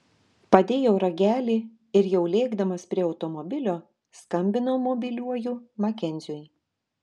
padėjau ragelį ir jau lėkdamas prie automobilio skambinau mobiliuoju makenziui